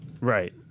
Right